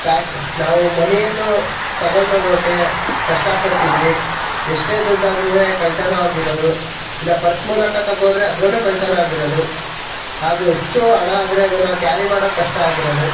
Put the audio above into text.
pack ನಾವು ಮನಿಯನ್ನು ತಗೊಂಡೋಗೋಕೆ ಕಷ್ಟ ಪಡ್ತಿದ್ವಿ ಎಷ್ಟೇ ದುಡ್ಡು ಆದರೂ ಕಳ್ಳತನ ಆಗಿರೋದು ಇಲ್ಲ ಪರ್ಸ್ ಮೂಲಕ ತಗೊ ಹೋದರೆ ಅದರಲ್ಲೂ ಕಳ್ಳತನ ಆಗಿರೋದು ಹಾಗೂ ಹೆಚ್ಚು ಹಣ ಆದರೆ ಅದನ್ನು ಕ್ಯಾರಿ ಮಾಡೋದು ಕಷ್ಟ ಆಗಿರೋದು